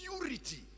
purity